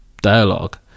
dialogue